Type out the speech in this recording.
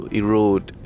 erode